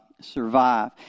Survive